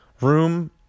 Room